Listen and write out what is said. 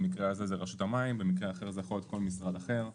במקרה הזה זה רשות המים במקרה אחר זה יכול להיות כל משרד אחר,